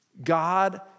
God